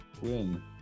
win